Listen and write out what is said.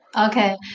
Okay